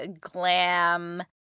glam